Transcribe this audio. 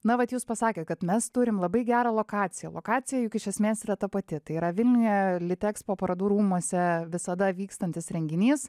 na vat jūs pasakėt kad mes turim labai gerą lokaciją lokacija juk iš esmės yra ta pati tai yra vilniuje litexpo parodų rūmuose visada vykstantis renginys